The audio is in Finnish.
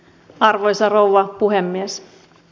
arvoisa rouva puhemies